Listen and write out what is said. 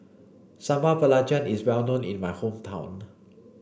Sambal Belacan is well known in my hometown